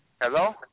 Hello